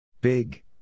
Big